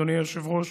אדוני היושב-ראש,